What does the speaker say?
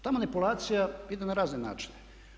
Ta manipulacija ide na razne načine.